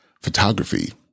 photography